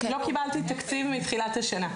לא קיבלתי תקציב מתחילת השנה.